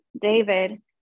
David